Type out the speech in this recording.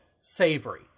savory